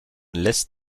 lässt